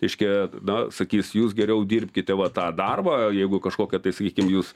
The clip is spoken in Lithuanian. reiškia na sakys jūs geriau dirbkite va tą darbą jeigu kažkokia tai sakykim jūs